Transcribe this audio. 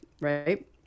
right